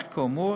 אך כאמור,